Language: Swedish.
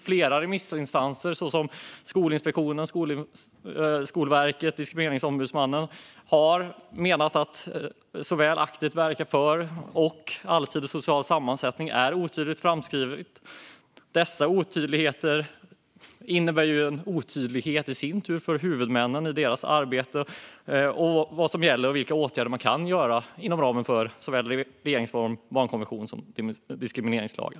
Flera remissinstanser, som Skolinspektionen, Skolverket och Diskrimineringsombudsmannen menar att såväl "aktivt verka för" och "allsidig social sammansättning" är otydliga skrivningar. Dessa otydligheter innebär i sin tur en osäkerhet för huvudmännen i deras arbete, vad som gäller och vilka åtgärder som kan vidtas inom ramen för regeringsformen, barnkonventionen och diskrimineringslagen.